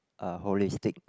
uh holistic